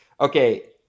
Okay